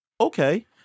Okay